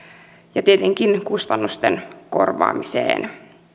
ja tietenkin kustannusten korvaamiseen